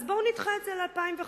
אז בואו נדחה את זה ל-2015,